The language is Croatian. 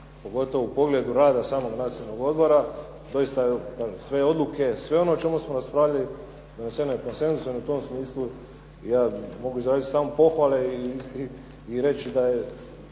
pogotovo u pogledu rada samog nacionalnog odbora doista, kažem, sve odluke, sve ono o čemu smo raspravljali doneseno je konsenzusom i u tom smislu ja mogu izraziti samo pohvale i reći da je